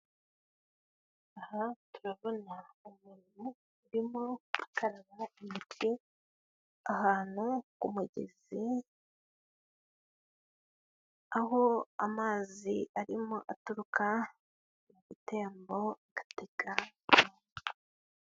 Aha turabona umuntu urimo gukaraba intoki ahantu ku mugezi, aho amazi arimo aturuka ku gitembo agatega.